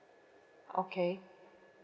okay